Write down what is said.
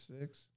six